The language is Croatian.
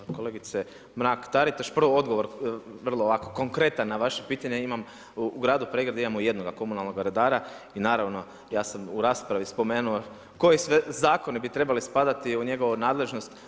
Evo kolegice Mrak-Taritaš prvo odgovor vrlo ovako konkretan na vaše pitanje imam u gradu Pregradi imamo jednoga komunalnoga redara i naravno ja sam u raspravi spomenuo koji sve zakoni bi trebali spadati u njegovu nadležnost.